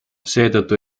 seetõttu